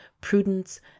prudence